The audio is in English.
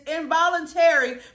involuntary